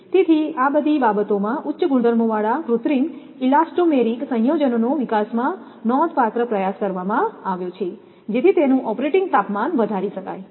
તેથી આ બધી બાબતોમાં ઉચ્ચ ગુણધર્મોવાળા કૃત્રિમ ઇલાસ્ટોમેરિક સંયોજનોના વિકાસમાં નોંધપાત્ર પ્રયાસ કરવામાં આવ્યો છે જેથી તેનું ઓપરેટિંગ તાપમાન વધારી શકાય